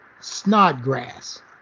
Snodgrass